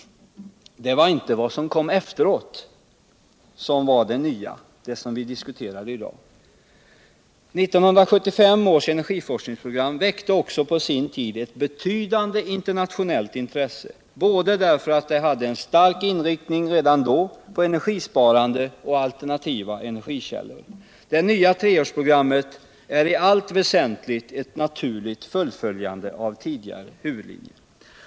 Det var inte vad som kom efteråt som var det nya, alltså det som vi diskuterar i dag. 1975 års energiforskningsprogram väckte på sin tid eu betydande internationellt intresse. bl.a. därför att det redan då hade en stark inriktning på energisparande och alternativa energikällor. Det nya treårsprogrammet är i allt väsentligt ett naturligt fullföljande av tidigare huvudlinjer.